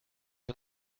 een